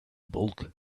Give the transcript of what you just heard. bulk